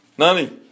Nani